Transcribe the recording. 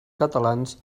catalans